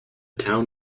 town